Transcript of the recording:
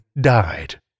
died